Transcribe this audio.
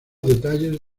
detalles